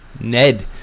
Ned